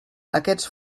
aquests